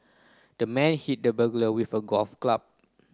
the man hit the burglar with a golf club